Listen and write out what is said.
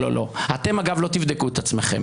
אתם מג"ב לא תבדקו את עצמכם,